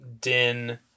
Din